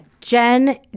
Jen